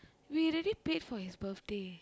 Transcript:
we already paid for his birthday